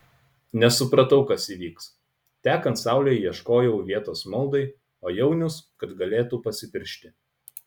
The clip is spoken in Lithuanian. nesupratau kas įvyks tekant saulei ieškojau vietos maldai o jaunius kad galėtų pasipiršti